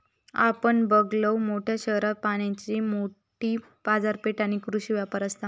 आपण बघलव, मोठ्या शहरात प्राण्यांची मोठी बाजारपेठ आणि कृषी व्यापार असता